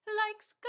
likes